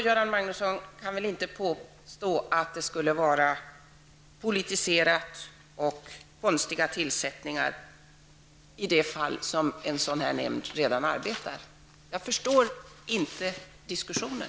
Göran Magnusson kan väl inte påstå att det skulle vara politiserade och konstiga tillsättningar i de fall där en sådan nämnd redan arbetar. Jag förstår inte diskussionen.